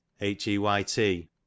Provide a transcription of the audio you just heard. h-e-y-t